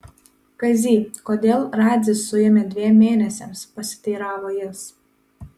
kazy kodėl radzį suėmė dviem mėnesiams pasiteiravo jis